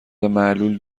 معلول